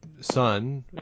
son